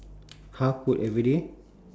how could everyday